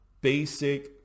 basic